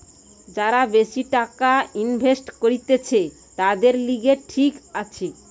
যারা বেশি টাকা ইনভেস্ট করতিছে, তাদের লিগে ঠিক আছে